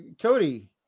cody